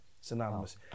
Synonymous